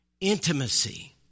intimacy